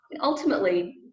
ultimately